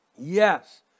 Yes